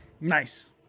Nice